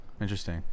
Interesting